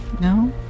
no